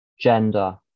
gender